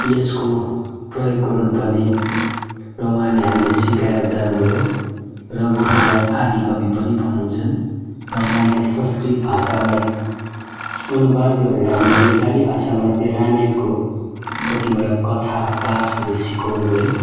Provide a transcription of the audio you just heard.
यसको प्रयोग गर्नुपर्ने र उहाँले हामीलाई सिकाएर जानुभयो र उहाँलाई आदिकवि पनि भनिन्छन् र उहाँले संस्कृत भाषालाई अनुवाद गरेर हामीलाई नेपाली भाषामा त्यो रामायणको कतिवटा कथा पाठहरू सिकाउनुभयो